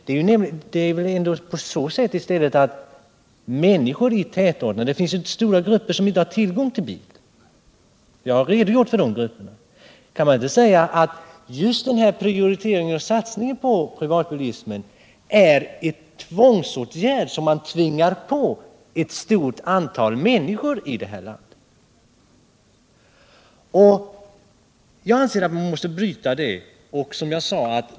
Man måste i stället se på de stora grupper människor i tätorterna som inte har tillgång till bil. Jag har redogjort för dessa grupper. Man kan mot den bakgrunden säga att just prioriteringen och satsningarna på privatbilismen innebär en tvångsåtgärd, något som man tvingar på ett stort antal människor i det här landet. Jag anser att man måste bryta den här utvecklingen.